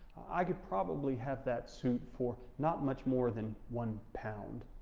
i could probably have that suit for not much more than one pound.